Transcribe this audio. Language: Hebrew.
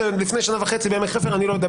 לגבי עמק חפר מלפני שנה וחצי אני לא יודע.